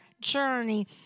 journey